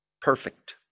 perfect